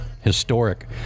historic